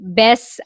best